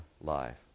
life